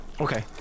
Okay